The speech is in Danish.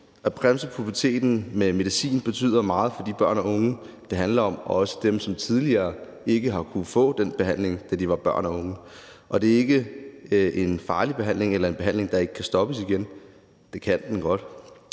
at bremse puberteten med medicin betyder meget for de børn og unge, det handler om, og også for dem, som tidligere ikke har kunnet få den behandling, da de var børn og unge. Det er ikke en farlig behandling eller en behandling, der ikke kan stoppes igen. Det kan den godt.